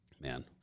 Man